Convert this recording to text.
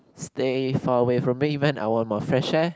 stay far away from me man I want my fresh air